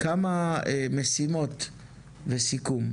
כמה משימות לסיכום.